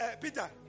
Peter